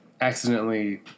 accidentally